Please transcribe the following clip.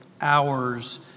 hours